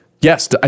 yes